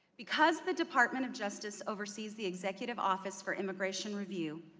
because the department of justice oversees the executive office for immigration review,